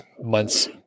months